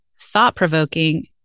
thought-provoking